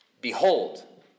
Behold